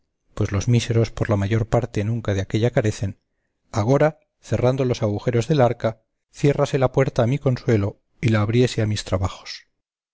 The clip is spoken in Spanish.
poniéndole más diligencia de la que él de suyo se tenía pues los míseros por la mayor parte nunca de aquella carecen agora cerrando los agujeros del arca cierrase la puerta a mi consuelo y la abriese a mis trabajos